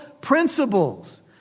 principles